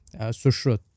Sushrut